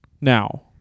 now